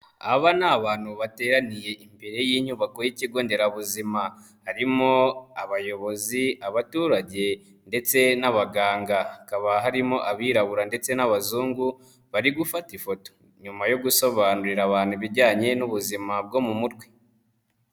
Aba ni abantu bateraniye imbere y'inyubako y'ikigo nderabuzima, harimo abayobozi abaturage ndetse n'abaganga, hakaba harimo abirabura ndetse n'abazungu bari gufata ifoto, nyuma yo gusobanurira abantu ibijyanye n'ubuzima bwo mu mutwe.